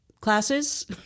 classes